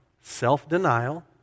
self-denial